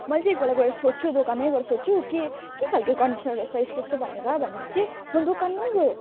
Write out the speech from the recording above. मैले चाहिँ एकपल्ट गएर सोध्छु दोकानमै गएर सोध्छु के के खालके कन्डिसनर रहेछ यस्तो यस्तो भनेर भनेर चाहिँ म दोकान पनि गएँ